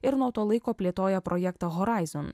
ir nuo to laiko plėtoja projekto horizon